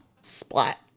Splat